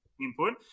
input